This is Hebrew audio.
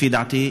לפי דעתי,